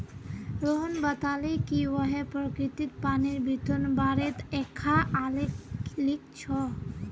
रोहण बताले कि वहैं प्रकिरतित पानीर वितरनेर बारेत एकखाँ आलेख लिख छ